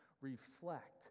reflect